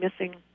missing